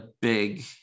big